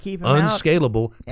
unscalable